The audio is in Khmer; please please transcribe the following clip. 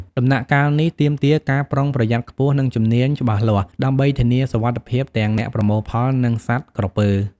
ដំណាក់កាលនេះទាមទារការប្រុងប្រយ័ត្នខ្ពស់ និងជំនាញច្បាស់លាស់ដើម្បីធានាសុវត្ថិភាពទាំងអ្នកប្រមូលផល និងសត្វក្រពើ។